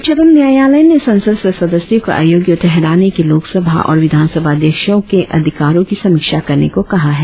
उच्चतम न्यायालय ने संसद से सदस्यों को अयोग्य ठहराने के लोकसभा और विधानसभा अध्यक्षों के अधिकारों की समीक्षा करने को कहा है